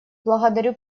благодарю